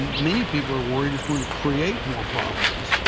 many people are worried it's going to create more problems.